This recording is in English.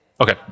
Okay